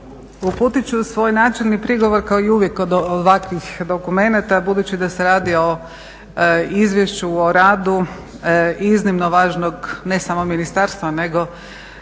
Uputit ću svoj načelni prigovor kao i uvijek kod ovakvih dokumenata budući da se radi o izvješću o radu iznimno važnog ne samo ministarstva, nego